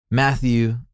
Matthew